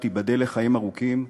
שתיבדל לחיים ארוכים,